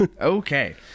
Okay